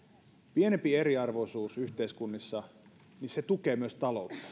pienempi eriarvoisuus yhteiskunnissa tukee myös taloutta